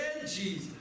Jesus